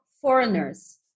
foreigners